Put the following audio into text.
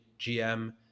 GM